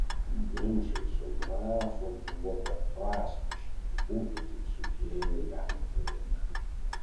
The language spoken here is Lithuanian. ginčai su grafu buvo beprasmiški ir būtų tik sukėlę jam įtarimą